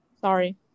Sorry